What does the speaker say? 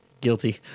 guilty